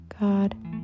God